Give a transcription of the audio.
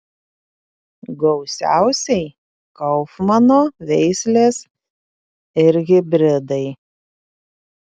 gausiausiai kaufmano veislės ir hibridai